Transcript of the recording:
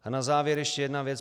A na závěr ještě jedna věc.